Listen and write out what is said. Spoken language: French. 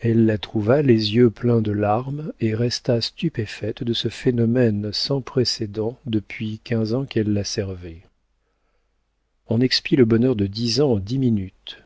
elle la trouva les yeux pleins de larmes et resta stupéfaite de ce phénomène sans précédent depuis quinze ans qu'elle la servait on expie le bonheur de dix ans en dix minutes